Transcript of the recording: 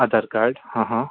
Aadhaar card